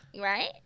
Right